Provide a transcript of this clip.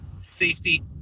safety